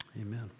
Amen